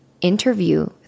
interview